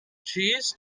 cheese